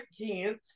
13th